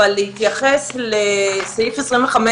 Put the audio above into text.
מי שאחראי בסופו של דבר לאיתנותן של הרשויות המקומיות זה משרד הפנים,